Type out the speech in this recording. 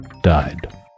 died